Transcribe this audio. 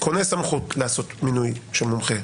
קונה סמכות לעשות מינוי של מומחה,